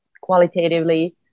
qualitatively